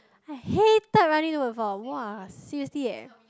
I hated running two point four [wah] seriously eh